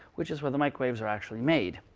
which is where the microwaves are actually made.